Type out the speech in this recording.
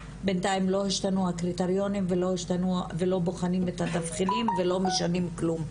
בינתיים לא השתנו הקריטריונים ולא בוחנים את התבחינים ולא משנים כלום.